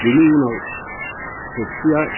बिनि उनाव खोथिया